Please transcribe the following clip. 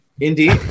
Indeed